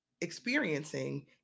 experiencing